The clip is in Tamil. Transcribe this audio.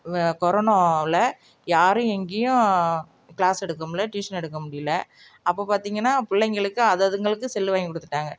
வே கொரோனோவில் யாரும் எங்கேயும் கிளாஸ் எடுக்க முடியல டியூஷன் எடுக்க முடியல அப்போ பார்த்தீங்கன்னா பிள்ளைங்களுக்கு அது அதுங்களுக்கு செல்லு வாங்கி கொடுத்துட்டாங்க